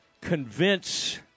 convince